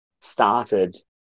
started